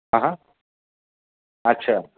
हां हां अच्छा